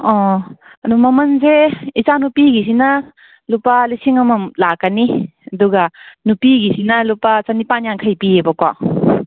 ꯑꯗꯨ ꯃꯃꯟꯖꯦ ꯏꯆꯥ ꯅꯨꯄꯤꯒꯤꯁꯤꯅ ꯂꯨꯄꯥ ꯂꯤꯁꯤꯡ ꯑꯃ ꯂꯥꯛꯀꯅꯤ ꯑꯗꯨꯒ ꯅꯨꯄꯤꯒꯤꯁꯤꯅ ꯂꯨꯄꯥ ꯆꯅꯤꯄꯥꯟ ꯌꯥꯡꯈꯩ ꯄꯤꯑꯕꯀꯣ